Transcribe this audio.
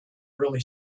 really